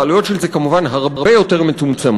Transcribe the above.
והעלויות של זה כמובן הרבה יותר מצומצמות,